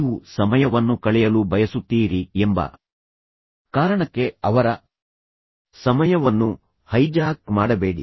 ನೀವು ಸಮಯವನ್ನು ಕಳೆಯಲು ಬಯಸುತ್ತೀರಿ ಎಂಬ ಕಾರಣಕ್ಕೆ ಅವರ ಸಮಯವನ್ನು ಹೈಜಾಕ್ ಮಾಡಬೇಡಿ